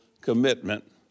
commitment